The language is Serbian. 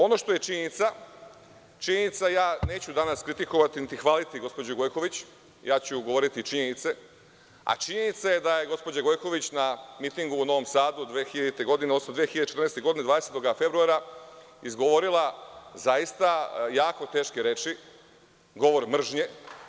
Ono što je činjenica, danas neću kritikovati niti hvaliti gospođu Gojković, govoriću činjenice, a činjenica je da je gospođa Gojković na mitingu u Novom Sadu 20. februara 2014. godine izgovorila zaista jako teške reči, govor mržnje.